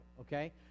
okay